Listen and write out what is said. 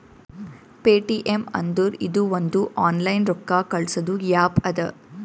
Paytm ಅಂದುರ್ ಇದು ಒಂದು ಆನ್ಲೈನ್ ರೊಕ್ಕಾ ಕಳ್ಸದು ಆ್ಯಪ್ ಅದಾ